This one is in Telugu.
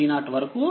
vn వరకు